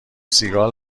سیگال